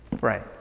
Right